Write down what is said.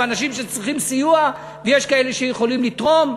ואנשים שצריכים סיוע, ויש כאלה שיכולים לתרום.